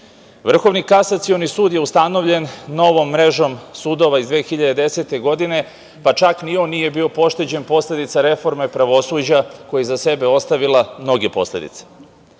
Srbije. Vrhovni kasacioni sud je ustanovljen novom mrežom sudova iz 2010. godine, pa čak ni on nije bio pošteđen posledica reforme pravosuđa koja je iza sebe ostavila mnoge posledice. Kada